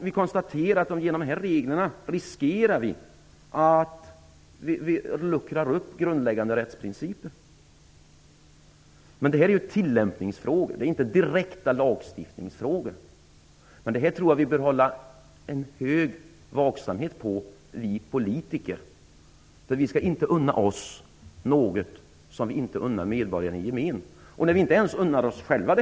Vi konstaterar att vi genom dessa regler riskerar att grundläggande rättsprinciper luckras upp. Detta är ju tillämpningsfrågor och inte direkta lagstiftningsfrågor. Jag tror att vi politiker bör vara mycket vaksamma på det här. Vi skall inte unna oss något som vi inte unnar medborgarna i gemen.